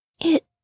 It-